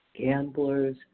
gamblers